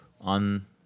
on